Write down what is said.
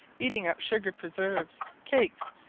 eating up sugar preserves, cakes,